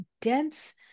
dense